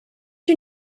you